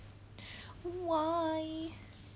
why